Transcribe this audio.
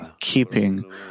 keeping